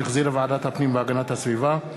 שהחזירה ועדת הפנים והגנת הסביבה,